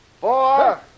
four